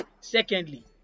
secondly